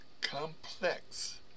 complex